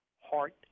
Heart